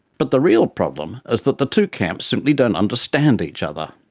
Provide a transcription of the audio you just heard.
but the real problem is that the two camps simply don't understand each other.